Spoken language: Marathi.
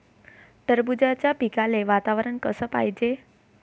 टरबूजाच्या पिकाले वातावरन कस पायजे?